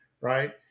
right